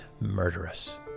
murderous